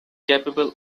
capable